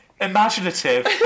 Imaginative